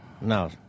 No